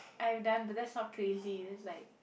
I have done but that's not crazy that's like